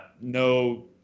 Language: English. No